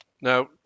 Now